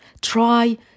Try